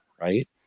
right